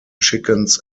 chickens